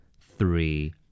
three